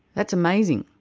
that's amazing,